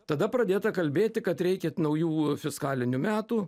tada pradėta kalbėti kad reikia naujų fiskalinių metų